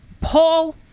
Paul